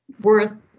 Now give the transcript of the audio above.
worth